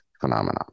phenomenon